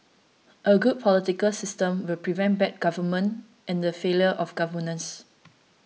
a good political system will prevent bad government and the failure of governance